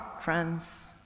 friends